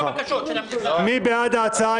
מי בעד ההצעה?